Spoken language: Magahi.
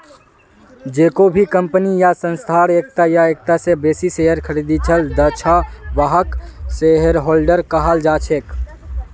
जेको भी कम्पनी या संस्थार एकता या एकता स बेसी शेयर खरीदिल छ वहाक शेयरहोल्डर कहाल जा छेक